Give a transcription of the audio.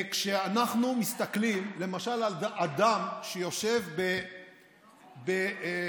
כשאנחנו מסתכלים למשל על אדם שיושב בשדרות